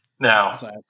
Now